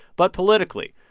but politically,